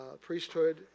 priesthood